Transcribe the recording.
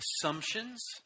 assumptions